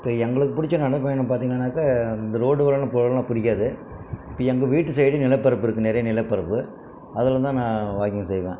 இப்போ எங்களுக்கு பிடிச்ச நடைப்பயணம் பார்த்திங்கன்னாக்க இந்த ரோடு ஓரம் போவதெல்லாம் பிடிக்காது எங்கள் வீட்டு சைடு நிலப்பரப்பு இருக்குது நிறைய நிலப்பரப்பு அதில் தான் நான் வாக்கிங் செய்வேன்